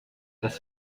das